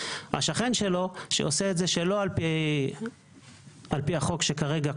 שהשכן שלו עושה את זה שלא על פי החוק החוק שלא כל כך ברור,